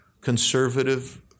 conservative